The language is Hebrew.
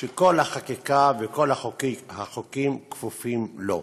שכל החקיקה וכל החוקים כפופים לו,